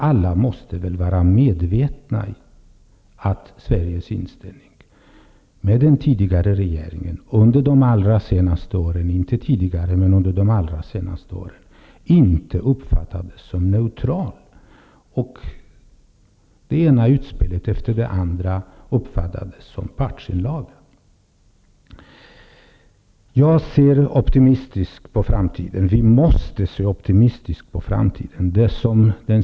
Alla måste väl vara medvetna om att Sveriges inställning under den tidigare regeringen och under de allra senaste åren -- inte tidigare -- inte uppfattades som neutral. Det ena utspelet efter det andra uppfattades som en partsinlaga. Jag ser optimistiskt på framtiden. Jag måste göra det.